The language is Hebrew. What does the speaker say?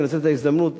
אני מנצל את ההזדמנות,